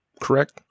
correct